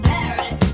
Paris